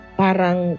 parang